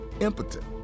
impotent